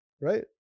right